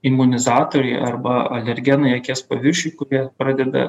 imunizatoriai arba alergenai akies paviršiuj kur jie pradeda